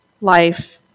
Life